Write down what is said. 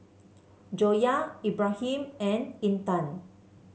Joyah Ibrahim and Intan